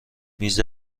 میز